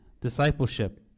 discipleship